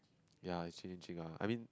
ya it's changing ah I mean